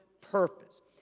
purpose